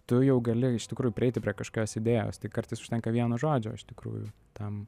tu jau gali iš tikrųjų prieiti prie kažkios idėjos tai kartais užtenka vieno žodžio iš tikrųjų tam